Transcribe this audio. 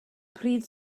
pryd